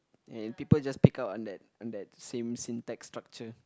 and people just pick up on that on that same syntax structure